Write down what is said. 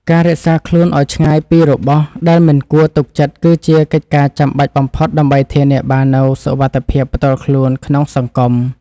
ការរក្សាខ្លួនឱ្យឆ្ងាយពីរបស់ដែលមិនគួរទុកចិត្តគឺជាកិច្ចការចាំបាច់បំផុតដើម្បីធានាបាននូវសុវត្ថិភាពផ្ទាល់ខ្លួនក្នុងសង្គម។